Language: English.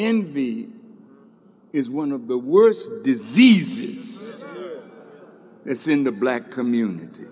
in is one of the worst disease it's in the black community